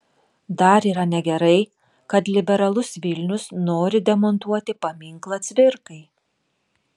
dar yra negerai kad liberalus vilnius nori demontuoti paminklą cvirkai